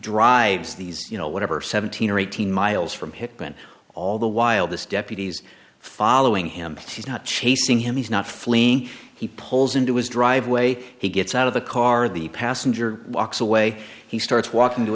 drives these you know whatever seventeen or eighteen miles from hickman all the while this deputies following him he's not chasing him he's not fleeing he pulls into his driveway he gets out of the car the passenger walks away he starts walking to